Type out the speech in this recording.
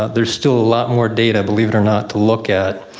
ah there's still a lot more data, believe it or not, to look at.